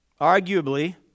Arguably